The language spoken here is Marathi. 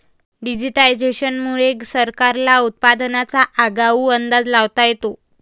डिजिटायझेशन मुळे सरकारला उत्पादनाचा आगाऊ अंदाज लावता येतो